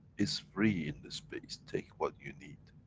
it's free in the space, take what you need.